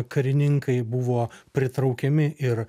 karininkai buvo pritraukiami ir